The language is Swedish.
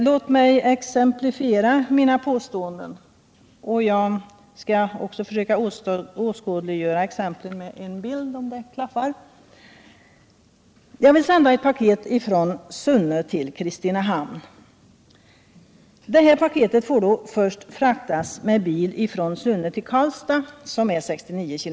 Låt mig exemplifiera mina påståenden och åskådliggöra exemplen med en bild på TV-skärmen. Jag vill sända ett paket från Sunne till Kristinehamn. Detta får då först fraktas med bil från Sunne till Karlstad, 69 km.